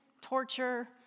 torture